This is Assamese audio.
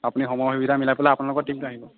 আপুনি সময় সুবিধা মিলাই আপোনালোকৰ টীমটো আহিব